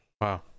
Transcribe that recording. Wow